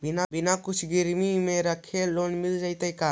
बिना कुछ गिरवी मे रखले लोन मिल जैतै का?